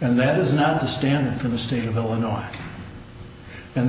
and that is not the standard for the state of illinois and